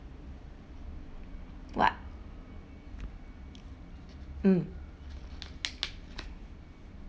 what mm